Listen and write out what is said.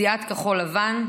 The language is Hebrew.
מסיעת כחול לבן,